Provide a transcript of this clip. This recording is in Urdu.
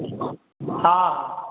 ہاں